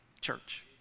church